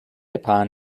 upon